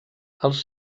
els